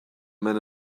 men